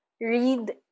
read